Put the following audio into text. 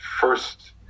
first